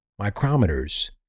micrometers